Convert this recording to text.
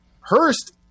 Hurst